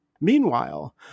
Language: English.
Meanwhile